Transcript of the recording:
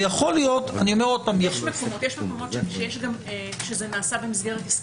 ויכול להיות -- יש מקומות שזה נעשה במסגרת עסקית,